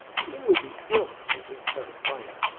and it will be ill camping without a fire.